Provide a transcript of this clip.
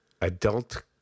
adult